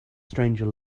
stranger